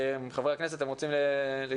חברי הכנסת, אתם רוצים להתייחס?